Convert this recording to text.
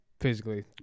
physically